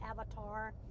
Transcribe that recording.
Avatar